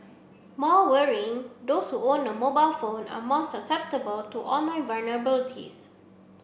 more worrying those own a mobile phone are more susceptible to online vulnerabilities